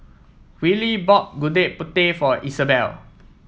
Wiley bought Gudeg Putih for Isabel